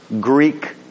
Greek